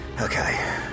Okay